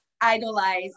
idolize